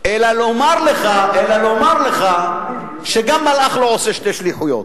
אלא לומר לך, שגם מלאך לא עושה שתי שליחויות.